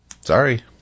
Sorry